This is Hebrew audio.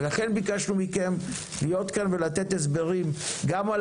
ולכן ביקשנו מכם להיות כאן ולתת הסברים גם על